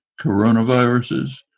coronaviruses